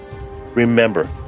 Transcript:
Remember